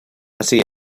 así